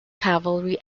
cavalry